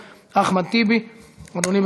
5613, 5614, 5615, 5627, 5635 ו-5636.